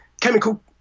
chemical